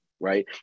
right